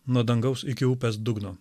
nuo dangaus iki upės dugno